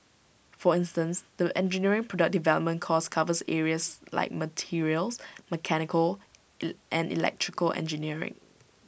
for instance the engineering product development course covers areas like materials mechanical and electrical engineering